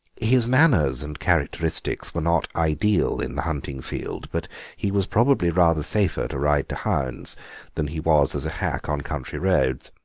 his manners and characteristics were not ideal in the hunting field, but he was probably rather safer to ride to hounds than he was as a hack on country roads.